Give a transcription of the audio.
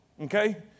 Okay